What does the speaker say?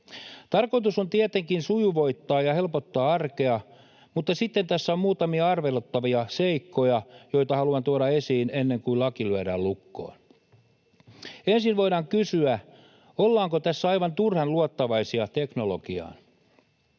Tarkoitus on tietenkin sujuvoittaa ja helpottaa arkea, mutta sitten tässä on muutamia arveluttavia seikkoja, joita haluan tuoda esiin ennen kuin laki lyödään lukkoon. Ensin voidaan kysyä, ollaanko tässä aivan turhan luottavaisia teknologiaan.